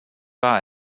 war